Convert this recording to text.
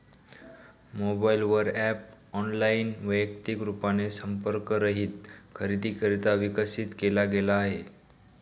mobile वर app online, वैयक्तिक रूपाने संपर्क रहित खरेदीकरिता विकसित केला गेला आहे